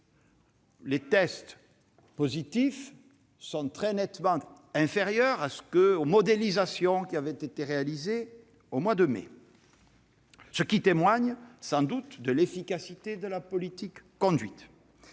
de tests positifs est très nettement inférieur aux modélisations réalisées au mois de mai dernier, ce qui témoigne sans doute de l'efficacité de la politique conduite.